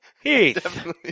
Heath